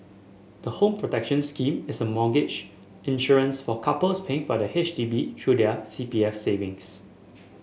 the Home Protection Scheme is a mortgage insurance for couples paying for the H D B through their C P F savings